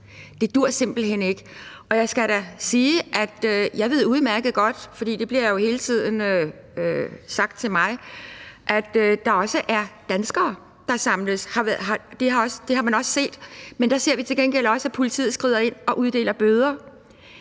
det bliver jo hele tiden sagt til mig – at der også er danskere, der samles; det har man også set. Men der ser vi til gengæld også, at politiet skrider ind og uddeler bøder.